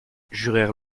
jurèrent